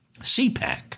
CPAC